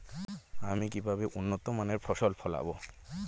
আমি কিভাবে উন্নত মানের ফসল ফলাবো?